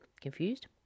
Confused